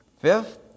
Fifth